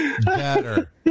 better